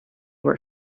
were